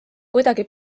kuidagi